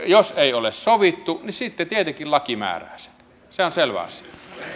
jos ei ole sovittu niin sitten tietenkin laki määrää sen se on selvä asia